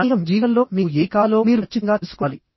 కానీః మీ జీవితంలో మీకు ఏమి కావాలో మీరు ఖచ్చితంగా తెలుసుకోవాలి